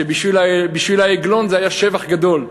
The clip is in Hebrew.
ובשביל העגלון זה היה שבח גדול,